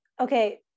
okay